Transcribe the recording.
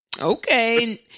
Okay